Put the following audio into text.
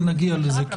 אבל נגיע לזה.